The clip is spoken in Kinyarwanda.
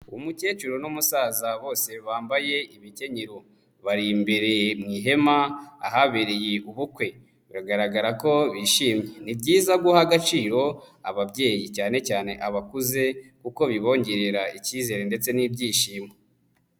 Umukecuru n'umusaza bose bambaye imikenyero bari imbere mu ihema ahabereye ubukwe, biragaragara ko bishimye. Ni byiza guha agaciro ababyeyi cyane cyane abakuze kuko bibogirira icyizere ndetse n'ibyishimo.